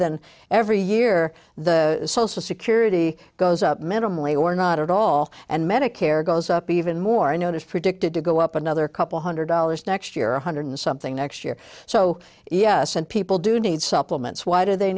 than every year the social security goes up minimally or not at all and medicare goes up even more i know is predicted to go up another couple hundred dollars next year one hundred something next year so yes and people do need supplements why do they